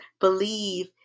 believe